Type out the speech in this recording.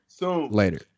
Later